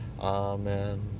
Amen